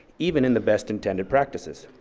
even in the best intended practices.